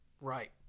Right